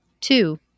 Two